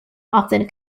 often